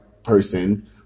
person